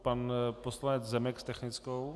Pan poslanec Zemek s technickou.